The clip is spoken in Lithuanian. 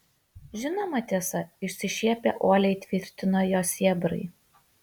žinoma tiesa išsišiepę uoliai tvirtino jo sėbrai